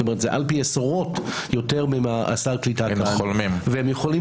זה פי עשרות מסל הקליטה כאן והם יכולים